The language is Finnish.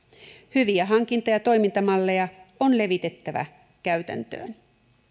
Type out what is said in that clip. hyviä hankinta ja toimintamalleja on levitettävä käytäntöön